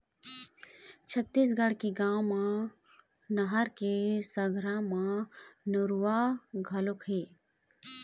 छत्तीसगढ़ के गाँव मन म नहर के संघरा म नरूवा घलोक हे